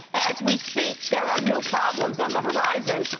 as we speak, there are new problems on the horizon.